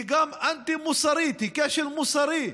היא גם אנטי מוסרית, היא כשל מוסרי.